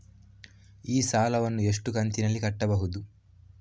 ಈ ಸಾಲವನ್ನು ಎಷ್ಟು ಕಂತಿನಲ್ಲಿ ಕಟ್ಟಬಹುದು?